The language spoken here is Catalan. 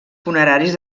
funeraris